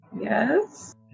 Yes